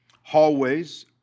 Hallways